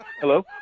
Hello